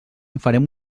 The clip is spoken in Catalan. farem